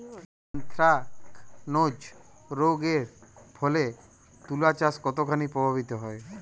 Anthracnose রোগ এর ফলে তুলাচাষ কতখানি প্রভাবিত হয়?